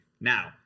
now